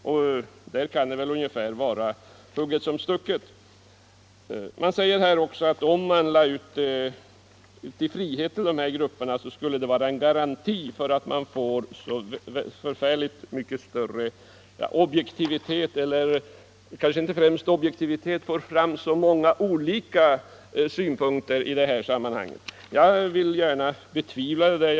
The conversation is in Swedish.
Det kan väl då vara ungefär hugget som stucket. Motionärerna säger också att om man lade ut forskningen i frihet till de här grupperna skulle det vara en garanti för att man fick kanske inte främst större objektivitet men många olika synpunkter. Jag betvivlar det.